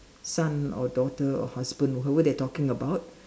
son or daughter or husband or whoever they talking about